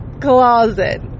closet